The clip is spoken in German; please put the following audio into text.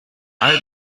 all